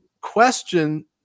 question